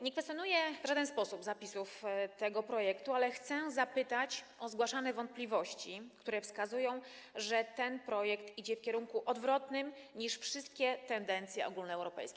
Nie kwestionuję w żaden sposób zapisów tego projektu, ale chcę zapytać o zgłaszane wątpliwości, które wskazują, że ten projekt idzie w kierunku odwrotnym niż wszystkie tendencje ogólnoeuropejskie.